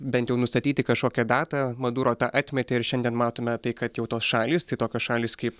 bent jau nustatyti kažkokią datą maduro tą atmetė ir šiandien matome tai kad jau tos šalys tokios šalys kaip